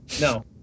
No